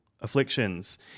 afflictions